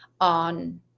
on